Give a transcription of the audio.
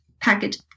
package